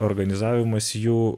organizavimas jų